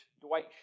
Dwight